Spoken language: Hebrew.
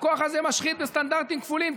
הכוח הזה משחית בסטנדרטים כפולים.